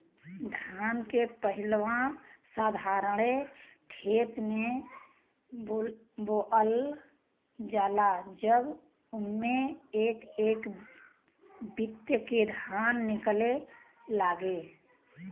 धान के पहिलवा साधारणे खेत मे बोअल जाला जब उम्मे एक एक बित्ता के धान निकले लागे